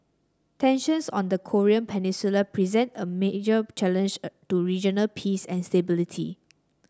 tensions on the Korean Peninsula present a major challenge a to regional peace and stability